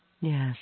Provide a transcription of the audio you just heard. Yes